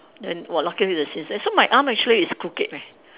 then !wah! luckily the sin seh so my arm actually is crooked leh